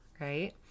right